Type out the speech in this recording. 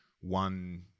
one